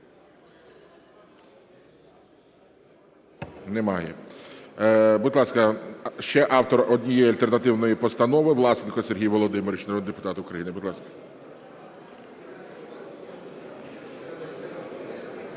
Немає. Будь ласка, ще автор однієї альтернативної постанови – Власенко Сергій Володимирович, народний депутат України. Будь ласка.